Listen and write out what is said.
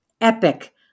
Epic